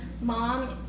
mom